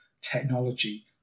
technology